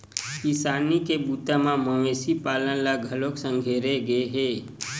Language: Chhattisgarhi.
किसानी के बूता म मवेशी पालन ल घलोक संघेरे गे हे